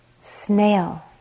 Snail